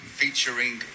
featuring